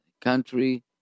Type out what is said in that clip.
country